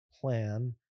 plan